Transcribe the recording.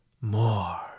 more